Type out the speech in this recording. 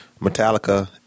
Metallica